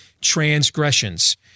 transgressions